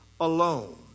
alone